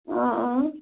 اۭں اۭں